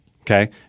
Okay